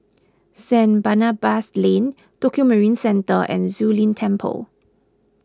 Saint Barnabas Lane Tokio Marine Centre and Zu Lin Temple